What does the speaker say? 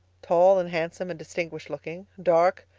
tall and handsome and distinguished-looking dark,